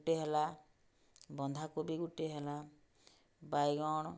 ଗୋଟେ ହେଲା ବନ୍ଧାକୋବି ଗୋଟେ ହେଲା ବାଇଗଣ